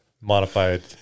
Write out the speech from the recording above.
Modified